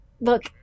Look